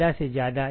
ज्यादा से ज्यादा